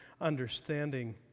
understanding